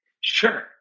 Sure